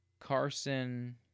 Carson